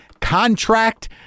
contract